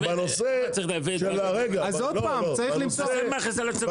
בנושא של השמן אין בעיה.